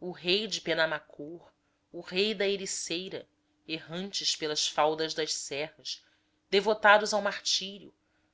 o rei de penamacor o rei da ericeira errantes pelas faldas das serras devotadas ao martírio